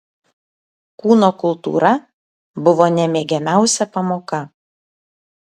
kūno kultūra buvo nemėgiamiausia pamoka